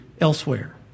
elsewhere